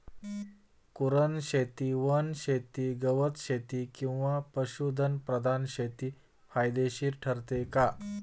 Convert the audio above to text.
कुरणशेती, वनशेती, गवतशेती किंवा पशुधन प्रधान शेती फायदेशीर ठरते का?